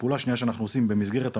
הפעולה השנייה שאנחנו עושים, במסגרת המניעה,